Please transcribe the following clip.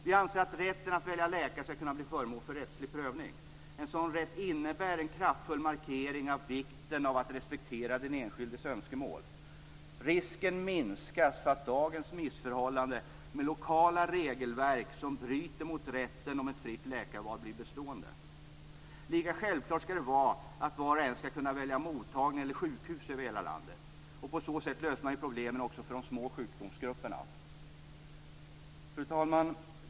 Vi anser att rätten att välja läkare skall kunna bli föremål för rättslig prövning. En sådan rätt innebär en kraftfull markering av vikten av att respektera den enskildes önskemål. Risken minskas för att dagens missförhållanden med lokala regelverk som bryter mot rätten om ett fritt läkarval blir bestående. Lika självklart skall det vara att var och en skall kunna välja mottagning eller sjukhus över hela landet. På så sätt löses också problemen för de små sjukdomsgrupperna. Fru talman!